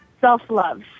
self-love